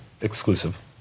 exclusive